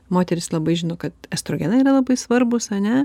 moterys labai žino kad estrogenai yra labai svarbūs ane